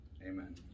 Amen